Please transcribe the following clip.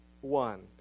One